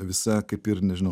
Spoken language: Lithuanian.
visa kaip ir nežinau